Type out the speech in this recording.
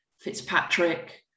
Fitzpatrick